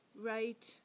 right